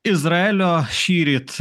izraelio šįryt